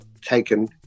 taken